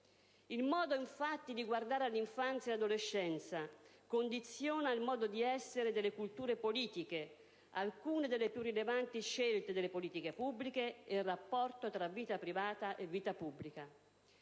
Il modo, infatti, di guardare all'infanzia e all'adolescenza condiziona il modo di essere delle culture politiche, alcune delle più rilevanti scelte delle politiche pubbliche e il rapporto tra vita privata e vita pubblica.